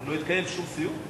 לא התקיים שום סיור?